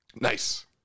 Nice